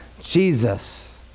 Jesus